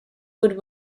would